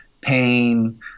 pain